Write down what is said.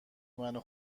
منو